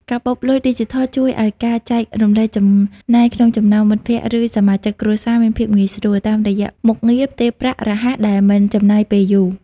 កាបូបលុយឌីជីថលជួយឱ្យការចែករំលែកចំណាយក្នុងចំណោមមិត្តភក្តិ ឬសមាជិកគ្រួសារមានភាពងាយស្រួល តាមរយៈមុខងារផ្ទេរប្រាក់រហ័សដែលមិនចំណាយពេលយូរ។